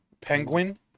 Penguin